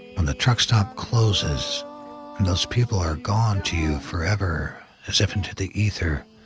when the truck stop closes, and those people are gone to you forever as if into the ether,